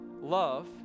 love